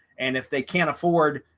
and if they can't afford,